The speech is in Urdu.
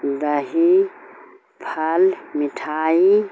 دہی پھل مٹھائی